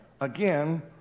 again